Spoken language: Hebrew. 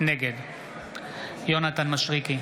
נגד יונתן מישרקי,